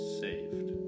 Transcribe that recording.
saved